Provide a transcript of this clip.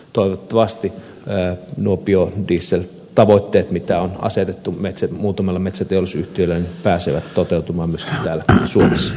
toivottavasti nuo biodieseltavoitteet joita on asetettu muutamalle metsäteollisuusyhtiölle pääsevät toteutumaan myöskin täällä suomessa